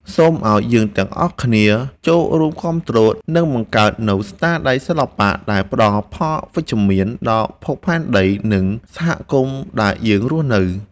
សូមឱ្យយើងទាំងអស់គ្នាចូលរួមគាំទ្រ និង បង្កើតនូវស្នាដៃសិល្បៈដែលផ្ដល់ផលវិជ្ជមានដល់ភពផែនដី និង សហគមន៍ដែលយើងរស់នៅ។